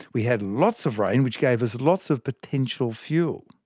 we had lots of rain which gave us lots of potential fuel,